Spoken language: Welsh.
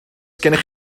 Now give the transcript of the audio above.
gennych